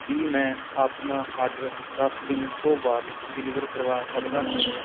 ਕੀ ਮੈਂ ਆਪਣਾ ਆਡਰ ਦਸ ਦਿਨ ਤੋਂ ਬਾਅਦ ਡਿਲੀਵਰ ਕਰਵਾ ਸਕਦਾ ਹਾਂ